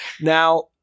Now-